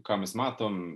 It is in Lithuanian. ką mes matom